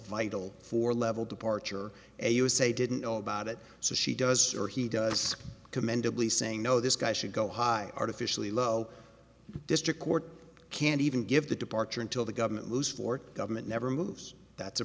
vital for level departure a usa didn't know about it so she does or he does commendably saying no this guy should go high artificially low district court can't even give the departure until the government lose for government never moves that